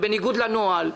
זה בניגוד לנוהל,